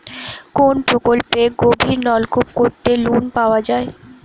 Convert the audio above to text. কোন প্রকল্পে গভির নলকুপ করতে লোন পাওয়া য়ায়?